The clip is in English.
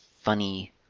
funny